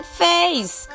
face